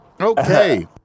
Okay